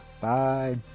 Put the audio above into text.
bye